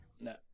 no